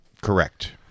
Correct